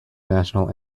national